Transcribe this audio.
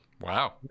Wow